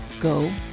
go